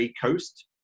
Coast